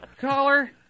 caller